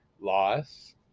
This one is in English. Loss